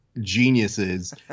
geniuses